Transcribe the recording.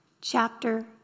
chapter